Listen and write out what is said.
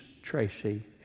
Tracy